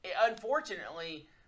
Unfortunately